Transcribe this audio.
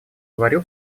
говорил